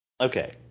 Okay